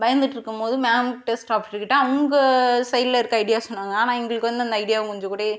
பயந்துட்டுருக்கும் போது மேம்கிட்ட ஸ்டாஃப்கிட்ட அவங்க சைடில் இருக்க ஐடியாஸ் சொன்னாங்க ஆனால் எங்களுக்கு வந்து அந்த ஐடியா கொஞ்சம் கூட